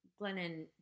Glennon